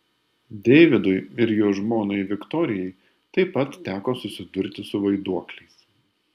deividui ir jo žmonai viktorijai taip pat teko susidurti su vaiduokliais